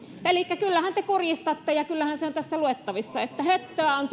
elikkä kyllähän te kurjistatte ja kyllähän se on tässä luettavissa että höttöä on